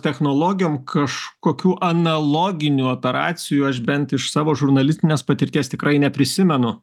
technologijom kažkokių analoginių operacijų aš bent iš savo žurnalistinės patirties tikrai neprisimenu